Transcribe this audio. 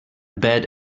bad